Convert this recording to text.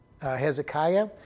Hezekiah